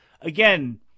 again